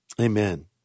Amen